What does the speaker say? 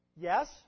Yes